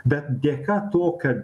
bet dėka to kad